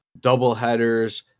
doubleheaders